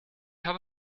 habe